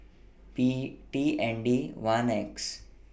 P T N D one X